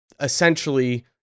essentially